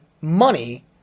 money